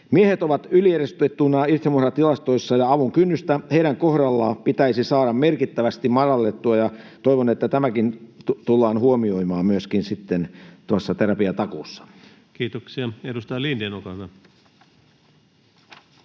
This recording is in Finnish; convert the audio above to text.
Miehet ovat yliedustettuina itsemurhatilastoissa, ja avun kynnystä heidän kohdallaan pitäisi saada merkittävästi madallettua. Toivon, että tämäkin tullaan huomioimaan myöskin sitten terapiatakuussa. [Speech 36] Speaker: